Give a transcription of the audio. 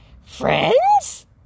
Friends